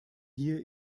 hier